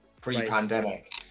pre-pandemic